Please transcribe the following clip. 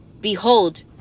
Behold